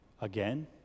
again